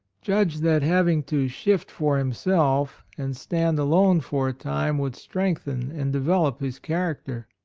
judged that having to shift for him self and stand alone for a time would strengthen and develop his character.